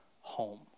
home